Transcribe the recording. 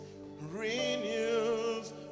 renews